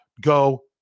go